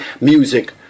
music